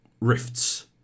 Rifts